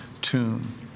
tomb